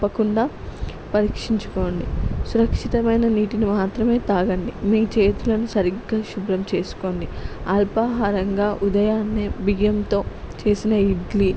తప్పకుండా పరీక్షించుకోండి సురక్షితమైన నీటిని మాత్రమే తాగండి మీ చేతులను సరిగ్గా శుభ్రం చేసుకోండి అల్పాహారంగా ఉదయాన్నే బియ్యంతో చేసిన ఇడ్లీ